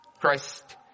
Christ